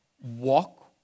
Walk